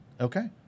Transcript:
okay